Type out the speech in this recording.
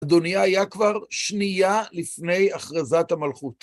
אדוניה, היה כבר שנייה לפני הכרזת המלכות.